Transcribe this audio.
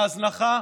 מההזנחה,